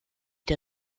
der